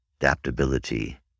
adaptability